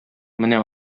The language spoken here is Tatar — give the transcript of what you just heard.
менә